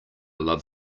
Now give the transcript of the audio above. love